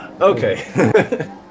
Okay